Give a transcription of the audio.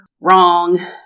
Wrong